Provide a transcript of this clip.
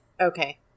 okay